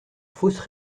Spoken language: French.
fausses